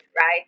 right